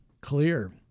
clear